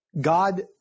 God